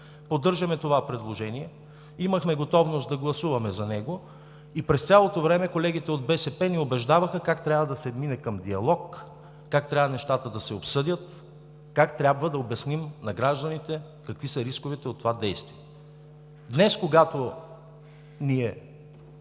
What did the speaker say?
поддържаме това предложение и имахме готовност да гласуваме за него. През цялото време колегите от БСП ни убеждаваха как трябва да се мине към диалог, как трябва нещата да се обсъдят, как трябва да обясним на гражданите какви са рисковете от това действие. Днес, когато ние